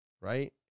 right